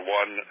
one